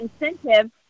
incentive